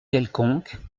quelconque